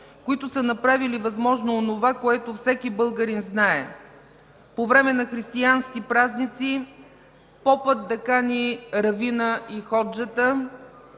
които са направили възможно онова, което всеки българин знае – по време на християнски празници попът да кани равина и ходжата